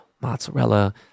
mozzarella